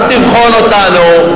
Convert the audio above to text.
אתה תבחן אותנו.